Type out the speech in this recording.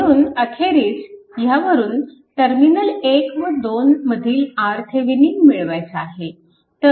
म्हणून अखेरीस ह्यावरून टर्मिनल 1 व 2 मधील RThevenin मिळवायचा आहे